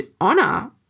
honor